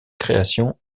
créations